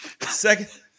Second